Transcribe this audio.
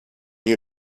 you